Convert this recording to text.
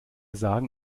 sagen